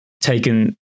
taken